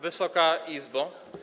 Wysoka Izbo!